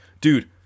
dude